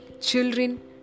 children